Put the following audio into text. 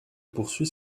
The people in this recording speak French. poursuit